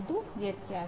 ಅದು ವ್ಯತ್ಯಾಸ